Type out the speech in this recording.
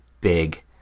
big